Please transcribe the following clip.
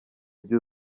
ibyo